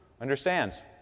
understands